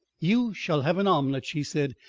you shall have an omelet, she said,